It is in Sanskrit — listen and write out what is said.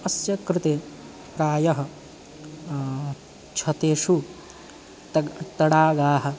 अस्य कृते प्रायः छतेषु तग् तडागाः